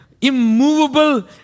immovable